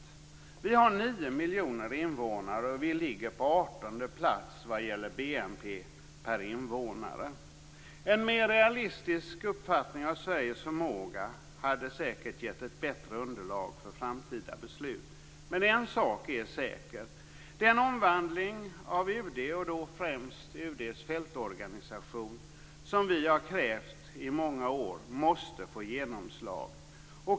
Sverige har 9 miljoner invånare och vi ligger på 18:e plats när det gäller BNP per invånare. En mer realistisk uppfattning av Sveriges förmåga hade säkert gett ett bättre underlag för framtida beslut. Men en sak är säker: Den omvandling av UD, och då främst av UD:s fältorganisation, som vi har krävt i många år måste få genomslag.